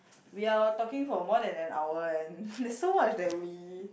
we are talking for more than an hour and there's so much that we